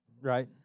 right